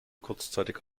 kurzzeitig